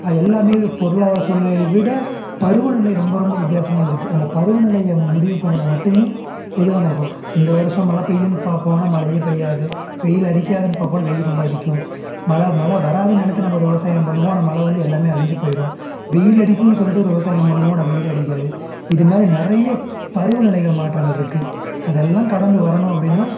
எல்லாமே பொருளாதார சூழ்நிலையை விட பருவநிலை ரொம்ப ரொம்ப வித்தியாசமாக இருக்குது அந்த பருவநிலையை முடிவு பண்ணினா மட்டுமே எதுவாக நடக்கும் இந்த வருஷம் மழை பெய்யுன்னு பார்ப்போம் ஆனால் மழையே பெய்யாது வெயில் அடிக்காதுன்னு பார்ப்போம் ஆனால் வெயில் ரொம்ப அடிக்கும் மழை மழை வராதுன்னு நினைச்சி நம்ம ஒரு விவசாயம் பண்ணுவோம் ஆனால் மழை வந்து எல்லாமே அழிஞ்சு போய்விடும் வெயில் அடிக்கும்ன்னு சொல்லிட்டு ஒரு விவசாயம் பண்ணுவோம் ஆனால் வெயில் அடிக்காது இதுமாதிரி நிறைய பருவநிலைகள் மாற்றங்கள் இருக்குது அதெல்லாம் கடந்து வரணும் அப்படின்னா